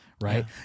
right